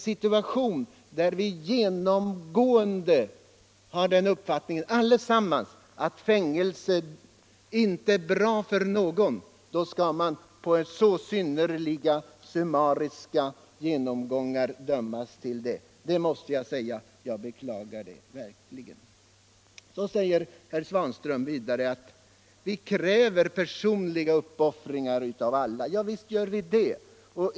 Vi har allesammans uppfattningen att fängelse inte är bra för någon. Och här skall man alltså dömas till fängelse efter summariska genomgångar! Det beklagar jag verkligen. Herr Svanström sade vidare att vi kräver personliga uppoffringar av alla. Ja, visst gör vi det.